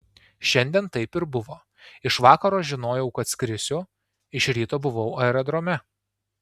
šiandien taip ir buvo iš vakaro žinojau kad skrisiu iš ryto buvau aerodrome